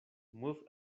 move